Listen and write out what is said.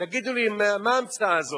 תגידו לי מה ההמצאה הזאת.